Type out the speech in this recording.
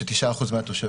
שזה רק 9% מהתושבים,